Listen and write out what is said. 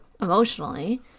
emotionally